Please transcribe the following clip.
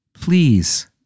please